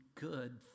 good